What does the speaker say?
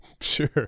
Sure